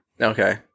okay